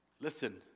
listen